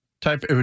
type